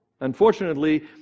Unfortunately